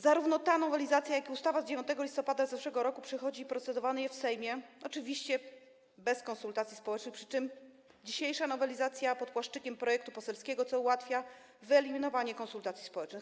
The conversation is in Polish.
Zarówno ta nowelizacja, jak i ustawa z 9 listopada zeszłego roku przechodzi procedowanie w Sejmie, oczywiście bez konsultacji społecznych, przy czym dzisiejsza nowelizacja jest pod płaszczykiem projektu poselskiego, co ułatwia wyeliminowanie konsultacji społecznych.